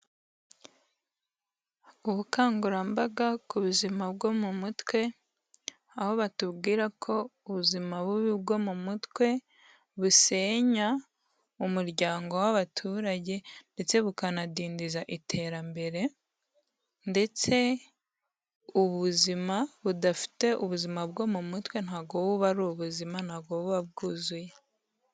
Ubukangurambaga ku buzima bwo mu mutwe, aho batubwira ko ubuzima bubi bwo mu mutwe busenya umuryango w'abaturage ndetse bukanadindiza iterambere, ndetse ubuzima budafite ubuzima bwo mu mutwe ntabwo buba ari ubuzima ntabwo buba bwuzuye.